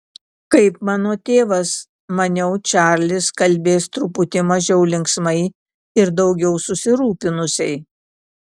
kaip mano tėvas maniau čarlis kalbės truputį mažiau linksmai ir daugiau susirūpinusiai